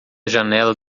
janela